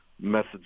methods